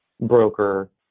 broker